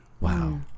Wow